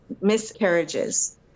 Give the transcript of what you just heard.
miscarriages